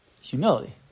humility